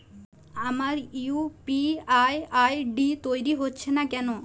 আমার UPI ID তৈরি হচ্ছে না কেনো?